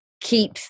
keep